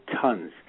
tons